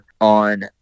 on